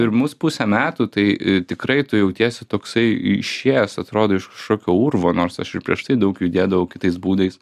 pirmus pusę metų tai tikrai tu jautiesi toksai išėjęs atrodo iš kažkokio urvo nors aš ir prieš tai daug judėdavau kitais būdais